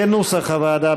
כנוסח הוועדה,